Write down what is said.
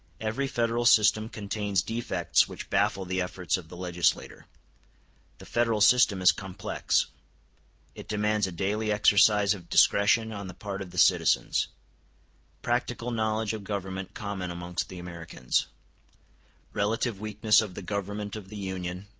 every federal system contains defects which baffle the efforts of the legislator the federal system is complex it demands a daily exercise of discretion on the part of the citizens practical knowledge of government common amongst the americans relative weakness of the government of the union,